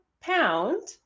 pound